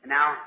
Now